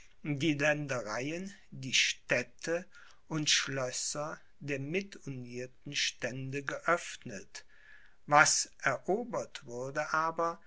die ländereien die städte und schlösser der mitunierten stände geöffnet was erobert würde aber